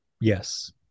Yes